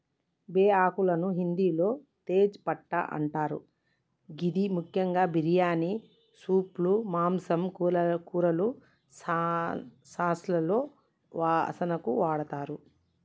బేఆకులను హిందిలో తేజ్ పట్టా అంటరు గిది ముఖ్యంగా బిర్యానీ, సూప్లు, మాంసం, కూరలు, సాస్లలో వాసనకు వాడతరు